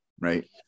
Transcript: Right